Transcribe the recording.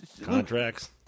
Contracts